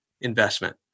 investment